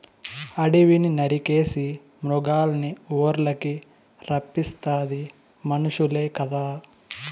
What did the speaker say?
అడివిని నరికేసి మృగాల్నిఊర్లకి రప్పిస్తాది మనుసులే కదా